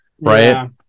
right